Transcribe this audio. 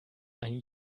ein